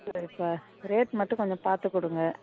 சரிப்பா ரேட் மட்டும் கொஞ்சம் பார்த்துக் கொடுங்க